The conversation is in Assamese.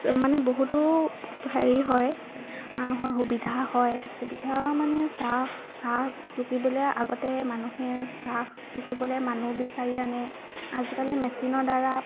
চ মানে বহুতো হেৰি হয় মানুহৰ সুবিধা হয় সুবিধা মানে চাহ চাহ টুকিবলৈ আগতে মানুহে চাহ টুকিবলৈ মানুহ বিচাৰি আনে আজিকালি মেচিনৰ দ্বাৰা